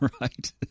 right